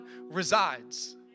resides